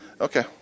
Okay